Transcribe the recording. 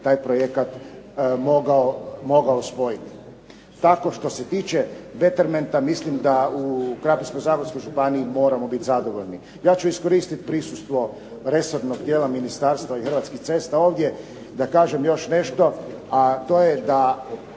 taj projekat mogao spojiti. Tako, što se tiče Bettermenta mislim da u Krapinsko-zagorskoj županiji moramo biti zadovoljni. Ja ću iskoristiti prisustvo resornog dijela ministarstva i Hrvatskih cesta ovdje da kažem još nešto, a to je da